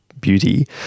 beauty